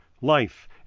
life